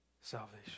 salvation